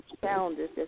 challenges